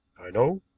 i know.